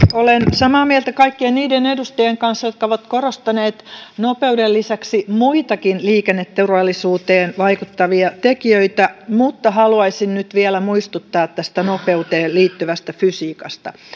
olen samaa mieltä kaikkien niiden edustajien kanssa jotka ovat korostaneet nopeuden lisäksi muitakin liikenneturvallisuuteen vaikuttavia tekijöitä mutta haluaisin nyt vielä muistuttaa nopeuteen liittyvästä fysiikasta